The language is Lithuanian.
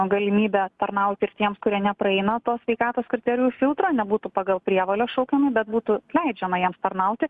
galimybė tarnauti ir tiems kurie nepraeina to sveikatos kriterijų filtro nebūtų pagal prievolę šaukiami bet būtų leidžiama jiems tarnauti